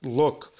look